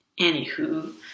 Anywho